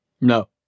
No